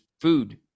food